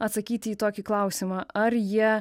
atsakyti į tokį klausimą ar jie